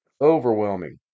overwhelming